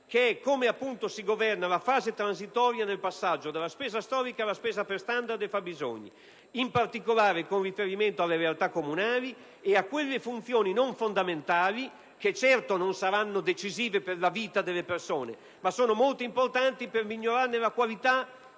del governo della fase transitoria del passaggio dalla spesa storica alla spesa per standard e fabbisogni, con particolare riferimento alle realtà comunali e a quelle funzioni non fondamentali, che certo non saranno decisive per la vita delle persone, ma sono molto importanti per migliorarne la qualità